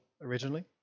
originally